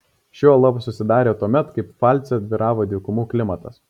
ši uola susidarė tuomet kai pfalce vyravo dykumų klimatas